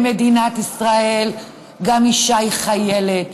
במדינת ישראל גם אישה היא חיילת,